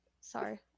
Sorry